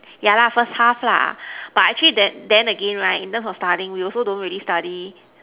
ya lah first half lah but actually then then again in terms of studies we also don't study